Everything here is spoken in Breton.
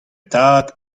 tad